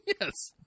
yes